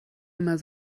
immer